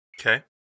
Okay